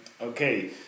Okay